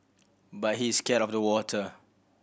but he is scared of the water